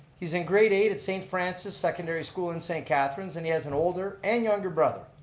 he's in grade eight at saint francis secondary school in saint catherine's. and he has an older and younger brother.